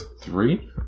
three